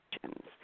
questions